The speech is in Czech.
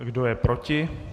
Kdo je proti?